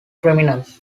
criminals